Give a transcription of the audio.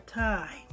time